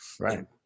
Right